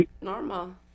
normal